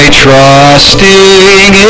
trusting